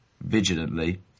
vigilantly